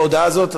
בהודעה הזאת,